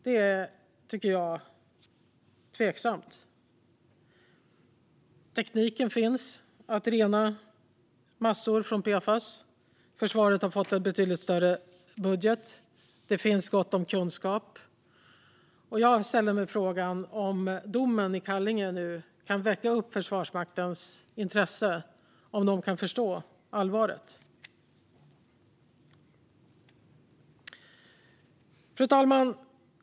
Det tycker jag är tveksamt. Tekniken finns för att rena massor från PFAS. Försvaret har fått en betydligt större budget. Det finns gott om kunskap. Jag ställer mig nu frågan om domen i Kallinge kan väcka Försvarsmaktens intresse, så att man förstår allvaret. Fru talman!